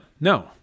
No